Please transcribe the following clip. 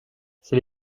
c’est